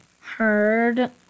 heard